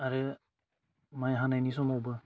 आरो माइ हानायनि समावबो